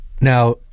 Now